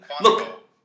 Look